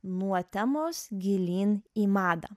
nuo temos gilyn į madą